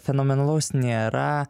fenomenalaus nėra